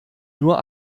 nur